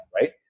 right